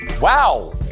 Wow